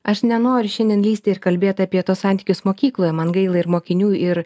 aš nenoriu šiandien lįsti ir kalbėt apie tuos santykius mokykloje man gaila ir mokinių ir